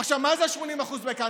עכשיו, מה זה ה-80% שהם העיקר?